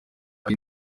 ari